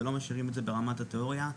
ולא משאירים את זה ברמת התיאוריה.